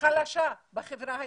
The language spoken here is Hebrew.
חלשה בחברה הישראלית,